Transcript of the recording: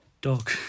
Dog